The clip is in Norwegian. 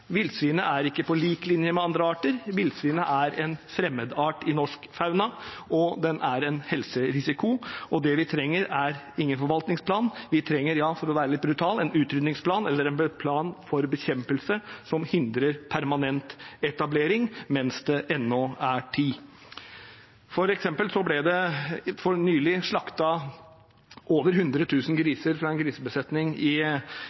villsvinet er ikke på lik linje med andre arter, villsvinet er en fremmed art i norsk fauna og utgjør en helserisiko. Det vi trenger, er ingen forvaltningsplan. Vi trenger – for å være litt brutal – en utrydningsplan eller en plan for bekjempelse som hindrer permanent etablering, mens det ennå er tid. For eksempel ble det nylig slaktet over 100 000 griser fra en grisebesetning i